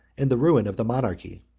and the ruin of the monarchy.